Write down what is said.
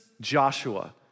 Joshua